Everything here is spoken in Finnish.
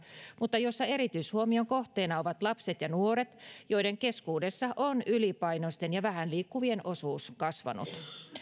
mutta jossa erityishuomion kohteena ovat lapset ja nuoret joiden keskuudessa on ylipainoisten ja vähän liikkuvien osuus kasvanut